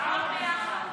הכול ביחד.